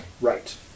Right